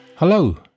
Hello